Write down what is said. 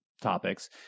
topics